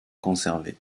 conservée